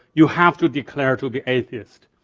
you have to declare to be atheist.